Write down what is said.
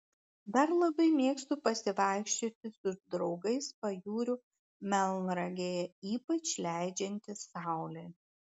dar labai mėgstu pasivaikščioti su draugais pajūriu melnragėje ypač leidžiantis saulei